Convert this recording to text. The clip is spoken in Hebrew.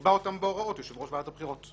יקבע אותם בהוראות יושב-ראש ועדת הבחירות,